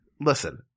Listen